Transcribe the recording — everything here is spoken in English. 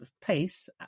pace